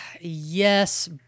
Yes